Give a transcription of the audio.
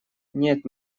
нет